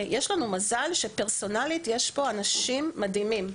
יש לנו מזל שפרסונלית יש פה אנשים מדהימים.